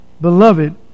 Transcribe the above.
beloved